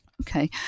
Okay